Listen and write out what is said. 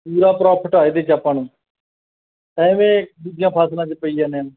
ਪੂਰਾ ਪ੍ਰੋਫਟ ਆ ਇਹਦੇ 'ਚ ਆਪਾਂ ਨੂੰ ਐਵੇਂ ਦੂਜੀਆਂ ਫਸਲਾਂ 'ਚ ਪਈ ਜਾਂਦੇ ਹਾਂ